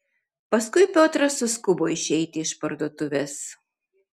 paskui piotras suskubo išeiti iš parduotuvės